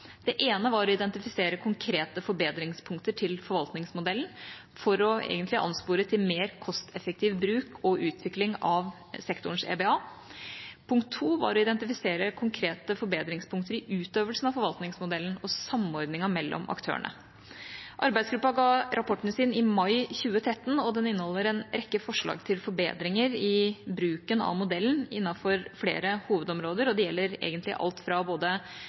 Det ene var å identifisere konkrete forbedringspunkter til forvaltningsmodellen for egentlig å anspore til mer kosteffektiv bruk og utvikling av sektorens EBA. Det andre var å identifisere konkrete forbedringspunkter i utøvelsen av forvaltningsmodellen og samordningen mellom aktørene. Arbeidsgruppa avga rapporten sin i mai 2013, og den inneholder en rekke forslag til forbedringer i bruken av modellen innenfor flere hovedområder. Det gjelder egentlig alt fra